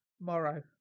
Morrow